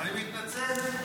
אני מתנצל.